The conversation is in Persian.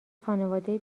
خانواده